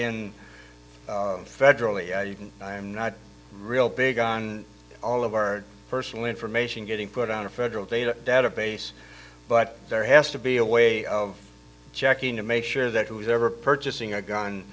in federally you can not real big on all of our personal information getting put on a federal data database but there has to be a way of checking to make sure that whoever purchasing a gun